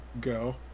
go